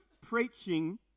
preaching